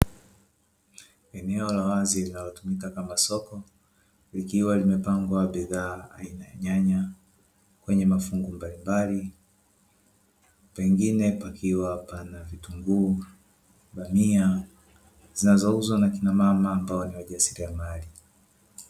Eneo la wazi linalotumika kama soko likiwa limepangwa bidhaa aina ya nyanya, kwenye mafungu mbalimbali, pengine pakiwa pana vitunguu, bamia, zinazouzwa na akina mama ambao ni wajasiriamali.